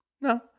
No